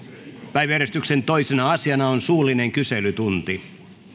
päiväjärjestyksen toisena asiana on suullinen kyselytunti